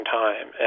time